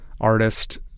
artist